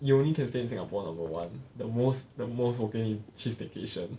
you only can stay in singapore number one the most the most 我给你去 staycation